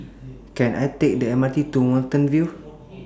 Can I Take The M R T to Watten View